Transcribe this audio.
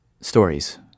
stories